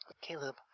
Caleb